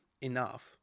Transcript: enough